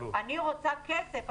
אני רוצה כסף,